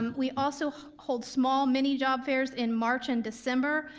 um we also hold small mini job fairs in march and december.